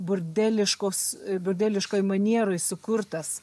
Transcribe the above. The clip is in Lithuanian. burdeliškos burdeliškoj manieroj sukurtas